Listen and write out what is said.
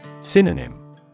Synonym